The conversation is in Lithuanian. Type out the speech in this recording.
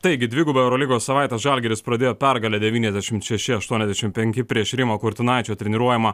taigi dviguba eurolygos savaitę žalgiris pradėjo pergale devyniasdešim šeši aštuoniasdešim penki prieš rimo kurtinaičio treniruojamą